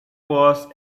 was